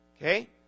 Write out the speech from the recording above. Okay